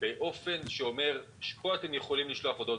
באופן שאומר: פה אתם יכולים לשלוח הודעות,